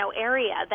area